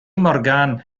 morgan